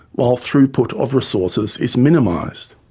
while throughput of resources is minimised.